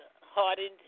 hardened